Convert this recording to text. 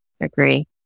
agree